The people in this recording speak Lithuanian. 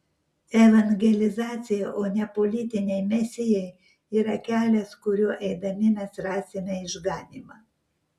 evangelizacija o ne politiniai mesijai yra kelias kuriuo eidami mes rasime išganymą